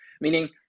Meaning